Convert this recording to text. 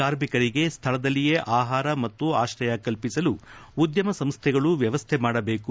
ಕಾರ್ಮಿಕರಿಗೆ ಸ್ಥಳದಲ್ಲಿಯೇ ಆಹಾರ ಮತ್ತು ಆಶ್ರಯ ಕಲ್ಪಿಸಲು ಉದ್ಯಮ ಸಂಸ್ಥೆಗಳು ವ್ಯವಸ್ಥೆ ಮಾಡಬೇಕು